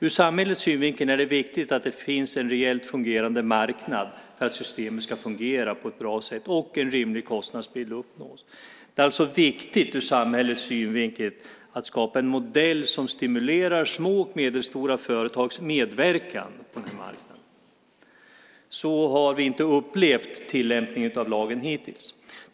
Ur samhällets synvinkel är det viktigt att det finns en reellt fungerande marknad för att systemet ska fungera på ett bra sätt och en rimlig kostandsbild uppnås. Det är alltså viktigt ur samhällets synvinkel att skapa en modell som stimulerar små och medelstora företags medverkan på den här marknaden. Så har vi inte upplevt tillämpningen av lagen hittills.